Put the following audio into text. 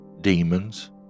demons